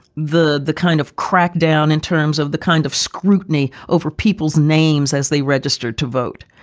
the the kind of crackdown in terms of the kind of scrutiny over people's names as they register to vote.